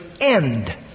end